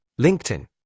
LinkedIn